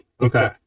Okay